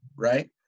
Right